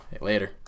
Later